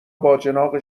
باجناق